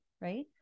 right